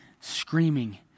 screaming